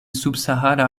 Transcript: subsahara